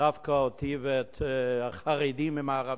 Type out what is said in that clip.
דווקא את החרדים עם הערבים.